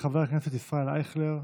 חבר הכנסת ישראל אייכלר,